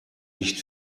nicht